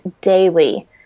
daily